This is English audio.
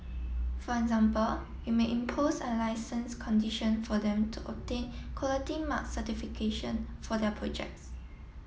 for example we may impose a licence condition for them to obtain Quality Mark certification for their projects